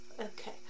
Okay